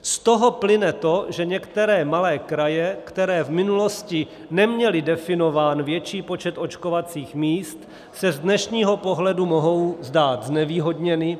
Z toho plyne to, že některé malé kraje, které v minulosti neměly definován větší počet očkovacích míst, se z dnešního pohledu mohou zdát znevýhodněny.